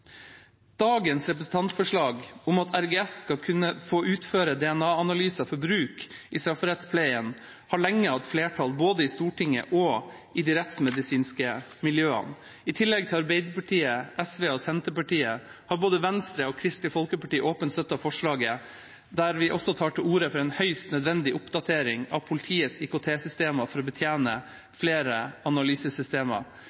Dagens representantforslag om at RGS skal kunne få utføre DNA-analyser for bruk i strafferettspleien, har lenge hatt flertall både i Stortinget og i de rettsmedisinske miljøene. I tillegg til Arbeiderpartiet, SV og Senterpartiet har både Venstre og Kristelig Folkeparti åpent støttet forslaget, der vi også tar til orde for en høyst nødvendig oppdatering av politiets IKT-systemer for å